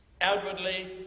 Outwardly